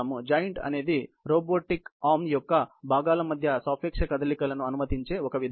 joint అనేది robot arm యొక్క భాగాల మధ్య సాపేక్ష కదలికను అనుమతించే ఒక విధానం